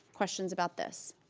questions about this?